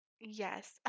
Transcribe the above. Yes